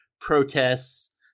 protests